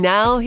Now